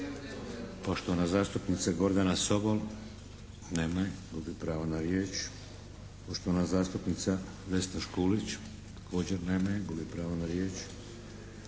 Poštovana zastupnica Gordana Sobol. Nema je, gubi pravo na riječ. Poštovana zastupnica Vesna Škulić. Također nema je, gubi pravo na riječ.